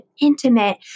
intimate